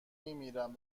میمیرم